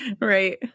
Right